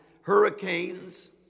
hurricanes